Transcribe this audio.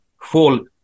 fall